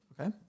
Okay